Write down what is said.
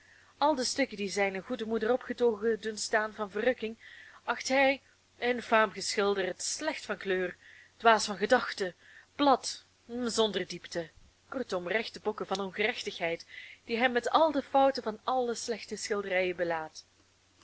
al de stukken die zijne goede moeder opgetogen doen staan van verrukking acht hij infaam geschilderd slecht van kleur dwaas van gedachte plat zonder diepte kortom rechte bokken van ongerechtigheid die hij met al de fouten van alle slechte schilderijen belaadt